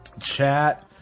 chat